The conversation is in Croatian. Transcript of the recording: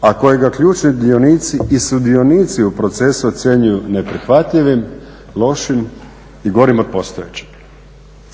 a koji ga ključni dionici i sudionici u procesu ocjenjuju neprihvatljivim, lošim i gorim od postojećeg.